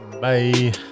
Bye